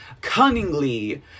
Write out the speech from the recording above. cunningly